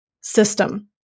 system